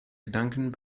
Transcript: gedanken